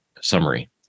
summary